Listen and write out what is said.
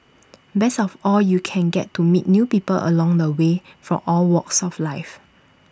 best of all you can get to meet new people along the way from all walks of life